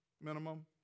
minimum